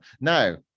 Now